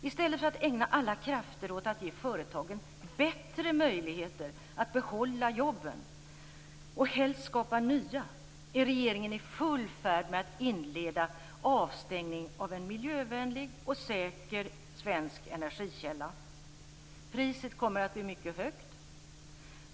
I stället för att ägna alla krafter åt att ge företagen bättre möjligheter att behålla jobben och helst skapa nya är regeringen i full färd med att inleda avstängning av en miljövänlig och säker svensk energikälla. Priset kommer att bli mycket högt.